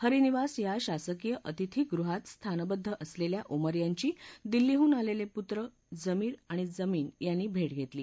हरी निवास या शासकीय अतिथीगृहात स्थानबद्ध असलेल्या ओमर यांची दिल्लीहून आलेले पूत्र जमीर आणि जमीन यांनी भेट घेतली